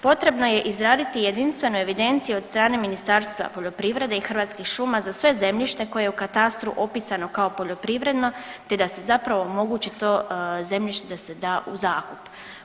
Potrebno je izraditi jedinstvenu evidenciju od strane Ministarstva poljoprivrede i Hrvatskih šuma za sve zemljište koje je u katastru opisano kao poljoprivredno, te da se zapravo omogući to zemljište se da u zakup.